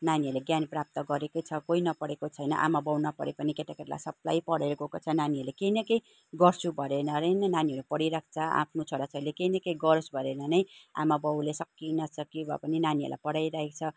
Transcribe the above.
नानीहरूले ज्ञान प्राप्त गरेकै छ कोही नपढेको छैन आमा बाउ नपढे पनि केटाकेटीलाई सबलाई पढेर गएको छ नानीहरूले केही न केही गर्छु भनेर नै नानीहरू पढिरहेको छ आफ्नो छोरा छोरीले केही न केही गरोस् भनेर नै आमा बाउले सकी नसकी भए पनि नानीहरूलाई पढाइरहेको छ